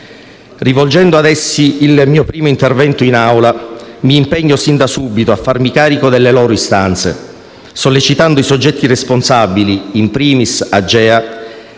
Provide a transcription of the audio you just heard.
Rivolgendo ad essi il mio primo intervento in Assemblea, mi impegno sin da subito a farmi carico delle loro istanze, sollecitando i soggetti responsabili, *in primis* Agea,